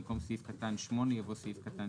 במקום "סעיף קטן (7)" יבוא "סעיף קטן